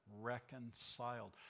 reconciled